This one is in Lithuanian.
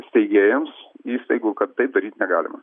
steigėjams įstaigų kad taip daryt negalima